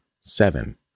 seven